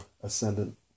ascendant